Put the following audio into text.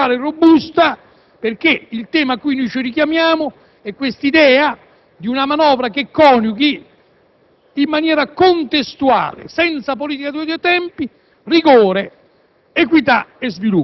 che io definisco strutturale e robusta perché il tema a cui ci richiamiamo è quest'idea di una manovra che coniughi in maniera contestuale, senza politica dei due tempi, rigore,